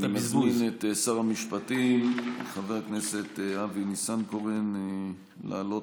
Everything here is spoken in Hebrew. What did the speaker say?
אני מזמין את שר המשפטים חבר הכנסת אבי ניסנקורן להעלות